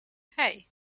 hey